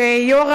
שיו"ר